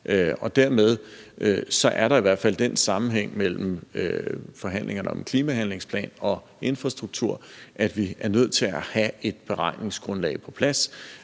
Dermed er der så i hvert fald den sammenhæng mellem forhandlingerne om en klimahandlingsplan og infrastruktur, at vi er nødt til at have et beregningsgrundlag på plads